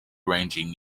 ranging